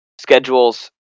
schedules